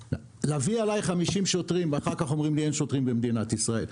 להביא עליי 50 שוטרים ואחר כך אומרים לי "אין שוטרים במדינת ישראל",